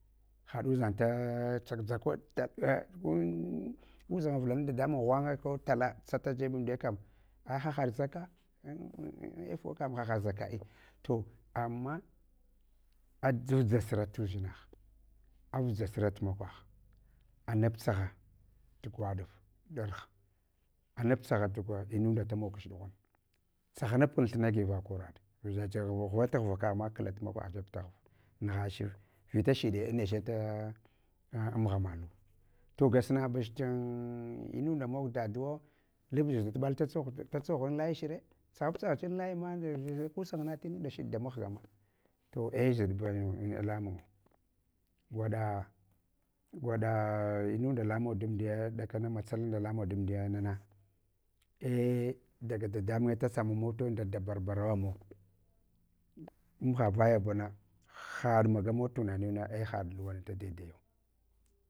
Haɗuzang da uʒanga vulana dadamun ghwanga ko tala tsata jebsamdiya kam. A hahad zaka an aufuwa kan fahaɗ zaka ai to amma adʒavtʒa sura ruzinah. Af dʒu sura tu makwagh anap tsagha, tu gwaɗo dath anaptsagh, tsaghana bu kun thunagi vakoraɗ, gwazach ghva ghva kaghma wla tumakwagh jeb da ghva mughachi, vitashide, aneche ta amghana nu. To ga sunabuch tan inunda mog daduwo labulach da tubal tsatsogh to tatsoghan layichre, tsaghab tatsagh chn layi ma ku sangana tinashiɗ da mahgama. To ei zudbana alamungu. Givaɗa gwaɗa gwaɗa inunda lamawa dan diya dakama masalanda lama wa dam duyana na, ei daga dadamunye ta tsamamu tu nda dabar baruwa mawa. Am havaya buna had magamau tunani yuna ei haɗ luwana da daidayau haɗ uʒang da.